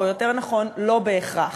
או יותר נכון לא בהכרח.